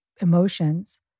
emotions